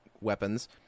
weapons